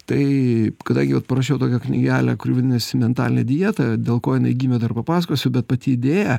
tai kada gi jau parašiau tokią knygelę kuri vadinasi mentalinė dieta dėl ko jinai gimė dar papasakosiu bet pati idėja